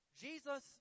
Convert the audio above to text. jesus